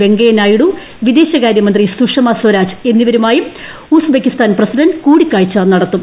വെങ്കയ്യനായിഡു വിദേശകാരൃമന്ത്രി സുഷമ സ്വരാജ് എന്നിവരുമായും Uzbekistan president കൂടിക്കാഴ്ച നടത്തും